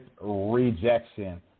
Rejection